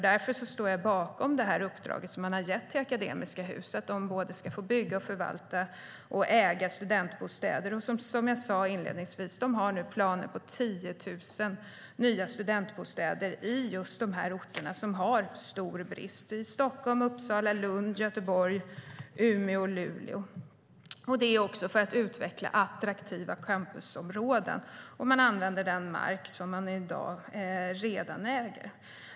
Därför står jag bakom det uppdrag som har getts till Akademiska Hus, att man ska bygga, äga och förvalta studentbostäder. Som jag sa inledningsvis har man nu planer på 10 000 nya studentbostäder i de orter där det är stor brist, Stockholm, Uppsala, Lund, Göteborg, Umeå och Luleå - detta också för att utveckla attraktiva campusområden. Man använder den mark som man redan äger.